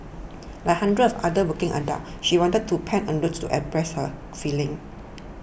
like hundreds of other working adults she wanted to pen a note to express her feelings